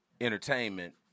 entertainment